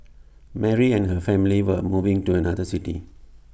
Mary and her family were moving to another city